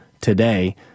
today